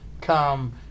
come